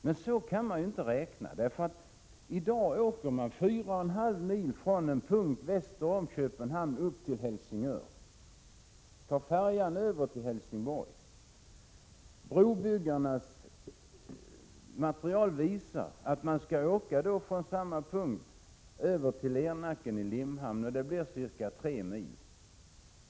Men så kan man inte räkna. I dag åker man 4,5 mil från en punkt väster om Köpenhamn upp till Helsingör och tar färjan över till Helsingborg. Brobyggarnas material visar att man skall åka från samma punkt över till Lernacken i Limhamn. Det blir ca 3 mil.